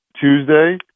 Tuesday